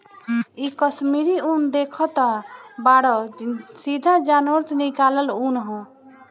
इ कश्मीरी उन देखतऽ बाड़ऽ सीधा जानवर से निकालल ऊँन ह